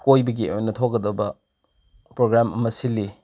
ꯀꯣꯏꯕꯒꯤ ꯑꯣꯏꯅ ꯊꯣꯛꯀꯗꯕ ꯄ꯭ꯔꯣꯒ꯭ꯔꯥꯝ ꯑꯃ ꯁꯤꯜꯂꯤ